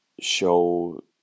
show